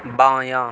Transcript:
بایاں